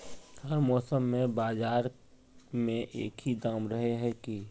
हर मौसम में बाजार में एक ही दाम रहे है की?